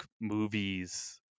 movies